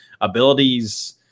abilities